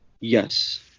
Yes